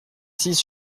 six